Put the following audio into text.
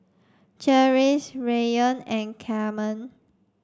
Cherise Raymond and Carmen